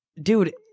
Dude